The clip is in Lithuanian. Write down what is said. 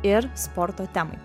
ir sporto temai